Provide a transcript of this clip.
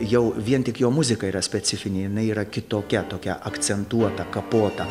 jau vien tik jo muzika yra specifinė jinai yra kitokia tokia akcentuota kapota